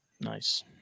Nice